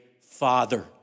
Father